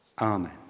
Amen